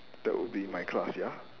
that would be my class ya